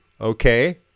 Okay